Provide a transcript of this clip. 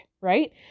right